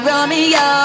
Romeo